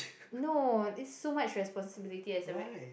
no is so much responsibility as a